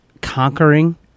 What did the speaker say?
conquering